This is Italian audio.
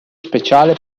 speciale